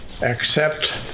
accept